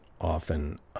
often